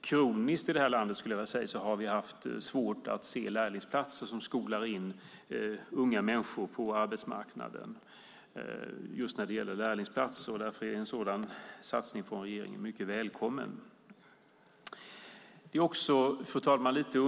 Kroniskt i det här landet har vi, skulle jag vilja säga, haft svårt att se lärlingsplatser som skolar in unga människor på arbetsmarknaden. Därför är en sådan satsning från regeringen mycket välkommen. Fru talman!